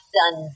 done